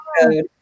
code